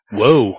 Whoa